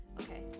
Okay